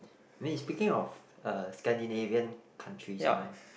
I mean speaking of a Scandinavian countries my